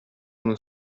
non